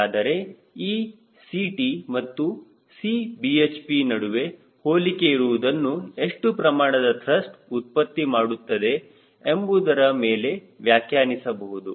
ಹಾಗಾದರೆ ಈ Ct ಮತ್ತು Cbhp ನಡುವೆ ಹೋಲಿಕೆ ಇರುವುದನ್ನು ಎಷ್ಟು ಪ್ರಮಾಣದ ತ್ರಸ್ಟ್ ಉತ್ಪತ್ತಿ ಮಾಡುತ್ತದೆ ಎಂಬುದರ ಮೇಲೆ ವ್ಯಾಖ್ಯಾನಿಸಬಹುದು